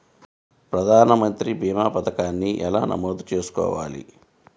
ప్రధాన మంత్రి భీమా పతకాన్ని ఎలా నమోదు చేసుకోవాలి?